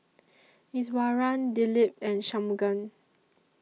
Iswaran Dilip and Shunmugam